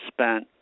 spent